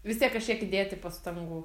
vis tiek kažkiek įdėti pastangų